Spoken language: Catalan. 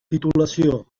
titulació